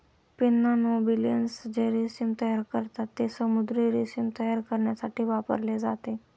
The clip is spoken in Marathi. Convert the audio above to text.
पिन्ना नोबिलिस जे रेशीम तयार करतात, ते समुद्री रेशीम तयार करण्यासाठी वापरले जाते